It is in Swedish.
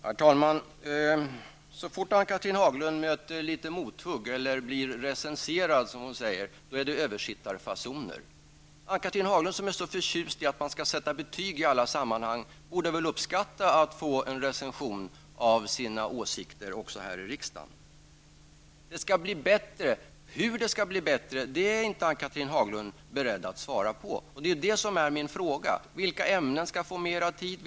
Herr talman! Så fort Ann-Cathrine Haglund får mothugg eller blir recenserad -- som hon sade -- är hon utsatt för översittarfasoner. Ann-Cathrine Haglund som är så förtjust i betyg i alla sammahang borde väl uppskatta att få en recension av sina åsikter, också här i kammaren. Det skall bli bättre, men frågan om hur det skall gå till är Ann-Cathrine Haglund inte beredd att svara på. Det var ju det som jag frågade om. Vilka ämnen skall få mera tid?